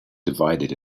divided